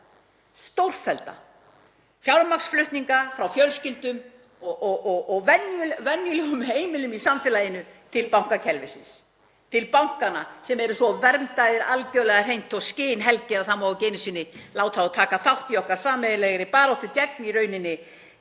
stórfellda fjármagnsflutninga frá fjölskyldum og venjulegum heimilum í samfélaginu til bankakerfisins, til bankanna sem eru svo verndaðir algerlega hreint og skinhelgir að það má ekki einu sinni láta þá taka þátt í okkar sameiginlegu baráttu gegn þessum